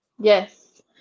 Yes